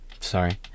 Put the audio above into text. Sorry